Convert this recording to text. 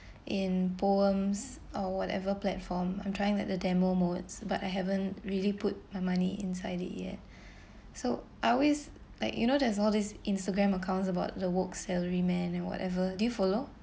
in POEMS or whatever platform I'm trying that the demo moods but I haven't really put my money inside it yet so I always like you know there's all these Instagram accounts about the work salary man and whatever do you follow